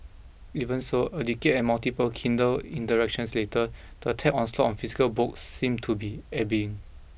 even so a decade and multiple Kindle interactions later the tech onslaught on physical books seem to be ebbing